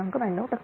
92 टक्के